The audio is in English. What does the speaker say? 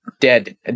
Dead